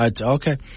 Okay